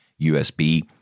USB